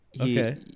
Okay